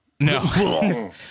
No